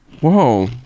Whoa